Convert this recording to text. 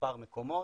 למספר מקומות.